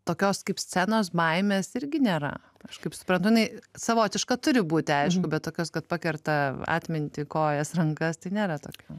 tokios kaip scenos baimės irgi nėra aš kaip suprantu jinai savotiška turi būti aišku bet tokios kad pakerta atmintį kojas rankas tai nėra tokio